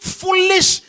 foolish